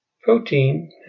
Protein